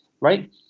right